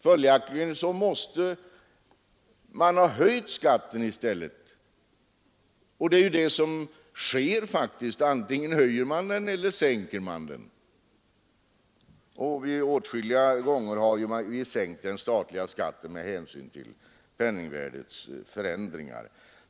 Följaktligen skulle i stället skatten behöva höjas. Det är också det som sker. Antingen höjer man skatten eller också sänker man den. Åtskilliga gånger har vi sänkt den statliga skatten med hänsyn till penningvärdets förändringar.